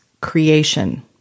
creation